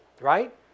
right